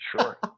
Sure